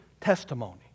testimony